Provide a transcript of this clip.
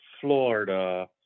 Florida